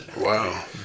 Wow